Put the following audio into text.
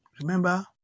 Remember